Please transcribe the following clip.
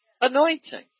anointing